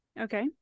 Okay